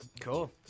Cool